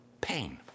pain